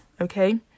okay